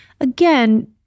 again